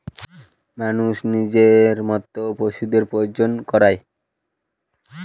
মানুষ নিজের মত পশুদের প্রজনন করায়